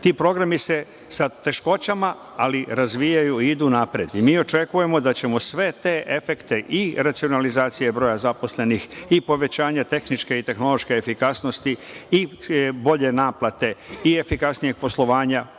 programi se sa teškoćama razvijaju, ali idu napred. Mi očekujemo da ćemo sve te efekte i racionalizacije broja zaposlenih i povećanja tehničke i tehnološke efikasnosti i bolje naplate i efikasnijeg poslanja